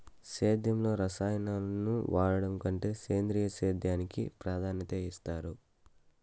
సేద్యంలో రసాయనాలను వాడడం కంటే సేంద్రియ సేద్యానికి ప్రాధాన్యత ఇస్తారు